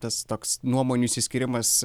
tas toks nuomonių išsiskyrimas